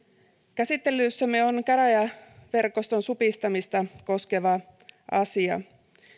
käsittelyssämme on käräjäverkoston supistamista koskeva asia